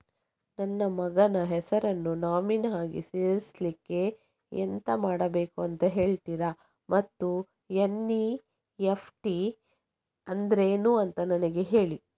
ನನ್ನ ಮಗನ ಹೆಸರನ್ನು ನಾಮಿನಿ ಆಗಿ ಸೇರಿಸ್ಲಿಕ್ಕೆ ಎಂತ ಮಾಡಬೇಕು ಅಂತ ಹೇಳ್ತೀರಾ ಮತ್ತು ಎನ್.ಇ.ಎಫ್.ಟಿ ಅಂದ್ರೇನು ಅಂತ ನನಗೆ ಹೇಳಿ